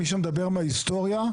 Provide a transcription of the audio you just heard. מי שמדבר מההיסטוריה,